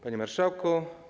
Panie Marszałku!